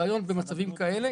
הרעיון במצבים כאלה,